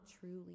truly